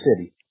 City